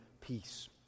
peace